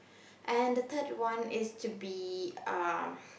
and the third one is to be um